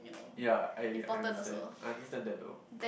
ya I I understand I understand that though